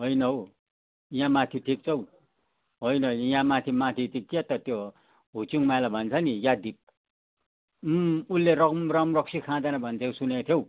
होइन हौ यहाँ माथि ठिक छौ होइन यहाँ माथि माथि त्यो क्या त त्यो हुचिङ्ग माइला भन्छ नि याडिप उम् उसले रम रमरक्सी खाँदैन भन्थ्यो सुनेको थियौँ